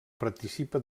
participa